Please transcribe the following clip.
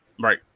Right